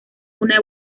una